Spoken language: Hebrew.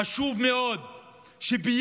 חשוב מאוד שביחד